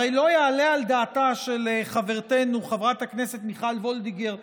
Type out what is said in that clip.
הרי לא יעלה על דעתה של חברתנו חברת הכנסת מיכל וולדיגר,